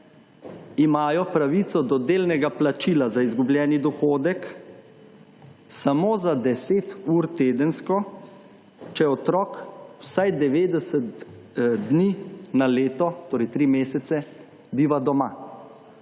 imajo pravico do delnega plačila za izgubljeni dohodek samo za 10 ur tedensko, če otrok vsaj 90 dni na leto, torej 3 mesece, biva doma.